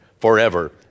forever